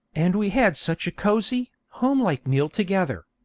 and we had such a cosy, homelike meal together.